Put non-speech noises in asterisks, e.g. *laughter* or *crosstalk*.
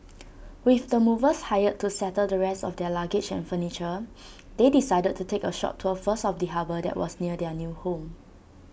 with the movers hired to settle the rest of their luggage and furniture *noise* they decided to take A short tour first of the harbour that was near their new home